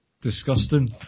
Disgusting